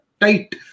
tight